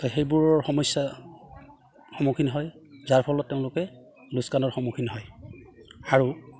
সেইবোৰৰ সমস্যা সন্মুখীন হয় যাৰ ফলত তেওঁলোকে লোকচানৰ সন্মুখীন হয় আৰু